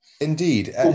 Indeed